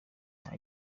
nta